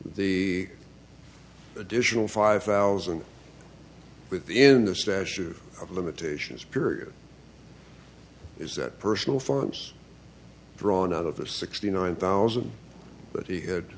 the additional five thousand within the statute of limitations period is that personal force drawn out of a sixty nine thousand but he had